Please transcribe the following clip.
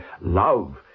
Love